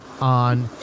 on